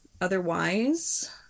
Otherwise